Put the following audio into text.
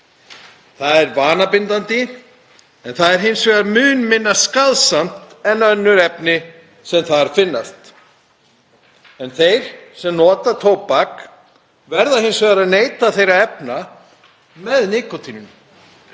það sé vanabindandi en það sé hins vegar mun minna skaðsamt en önnur efni sem þar finnist. Þeir sem nota tóbak verði hins vegar að neyta þeirra efna með nikótíninu,